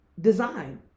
design